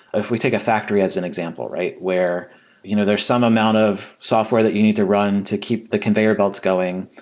if we take a factory as an example, where you know there are some amount of software that you need to run to keep the conveyor belts going.